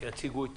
שיציגו את